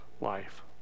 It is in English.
life